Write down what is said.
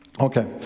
Okay